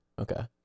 okay